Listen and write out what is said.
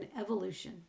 evolution